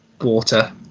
water